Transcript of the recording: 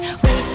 wait